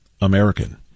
American